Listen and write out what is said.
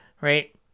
right